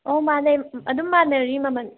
ꯑꯧ ꯃꯥꯅꯦ ꯑꯗꯨꯨꯝ ꯃꯥꯟꯅꯔꯤ ꯃꯃꯜ